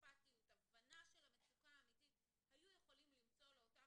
אכפתיות והבנה של המצוקה האמיתית היו יכולים למצוא לאותם